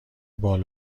بال